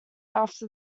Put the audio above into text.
after